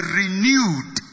renewed